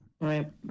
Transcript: Right